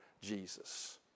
Jesus